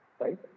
Right